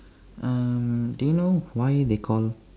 um do you know why they call